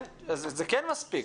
אז זה כן מספיק.